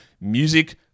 music